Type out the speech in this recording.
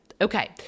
Okay